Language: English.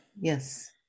Yes